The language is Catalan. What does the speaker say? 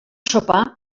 sopar